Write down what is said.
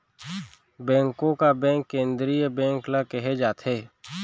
बेंको का बेंक केंद्रीय बेंक ल केहे जाथे